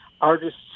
artists